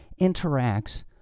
interacts